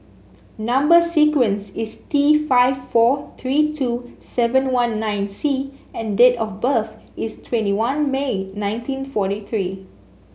number sequence is T five four three two seven one nine C and date of birth is twenty one May nineteen forty three